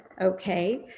okay